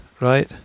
right